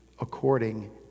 according